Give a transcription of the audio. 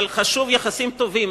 אבל חשובים יחסים טובים,